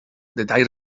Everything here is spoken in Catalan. detall